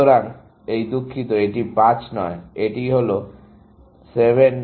সুতরাং এই দুঃখিত এটি 5 নয় এটি হল 7